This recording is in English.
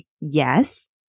yes